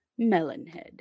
Melonhead